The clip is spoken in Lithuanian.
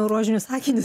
rožinius akinius